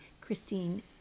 Christine